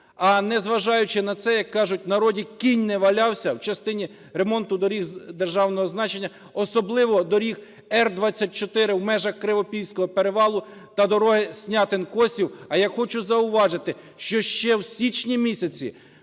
а, незважаючи на це, як кажуть в народі, "кінь не валявся" в частині ремонту доріг державного значення, особливо доріг Р24 у межах Кривопільського перевалу та дороги Снятин – Косів. А я хочу зауважити, що ще в січні місяці